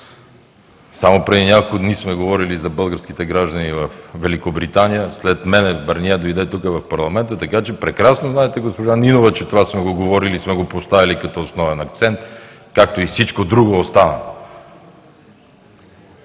само преди няколко дни сме говорили за българските граждани във Великобритания, след мен Барние дойде тук, в парламента, така че прекрасно знаете, госпожо Нинова, че това сме го говорили и сме го поставили като основен акцент, както и всичко друго останало.